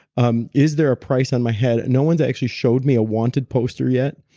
um is there a price on my head? no one's actually showed me a wanted poster yet,